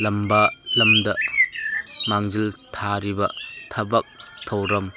ꯂꯝꯗ ꯃꯥꯡꯖꯤꯜ ꯊꯥꯔꯤꯕ ꯊꯕꯛ ꯊꯧꯔꯝ